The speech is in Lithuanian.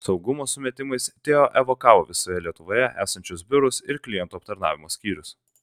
saugumo sumetimais teo evakavo visoje lietuvoje esančius biurus ir klientų aptarnavimo skyrius